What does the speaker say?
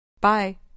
Bye